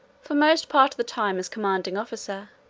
for most part of the time as commanding officer.